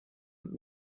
und